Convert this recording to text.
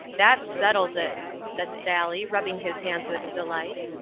that settles it! said sally, rubbing his hands with delight.